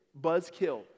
buzzkill